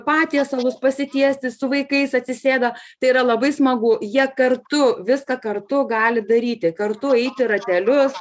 patiesalus pasitiesti su vaikais atsisėda tai yra labai smagu jie kartu viską kartu gali daryti kartu eiti ratelius